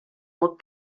not